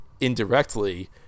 indirectly